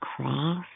cross